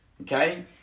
Okay